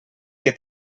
que